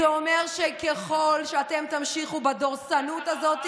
זה אומר שככל שאתם תמשיכו בדורסנות הזו,